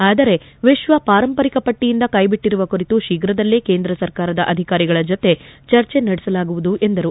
ಆದರೆ ವಿಶ್ವ ಪಾರಂಪರಿಕ ಪಟ್ಟಿಯಿಂದ ಕೈಬಿಟ್ಟಿರುವ ಕುರಿತು ಶೀಘ್ರದಲ್ಲೇ ಕೇಂದ್ರ ಸರ್ಕಾರದ ಅಧಿಕಾರಿಗಳ ಜೊತೆ ಚರ್ಚೆ ನಡೆಸಲಾಗುವುದು ಎಂದರು